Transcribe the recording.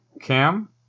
Cam